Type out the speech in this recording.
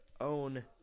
own